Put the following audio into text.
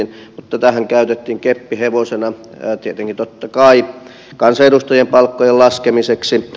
mutta tätähän käytettiin keppihevosena tietenkin totta kai kansanedustajien palk kojen laskemiseksi